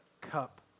cup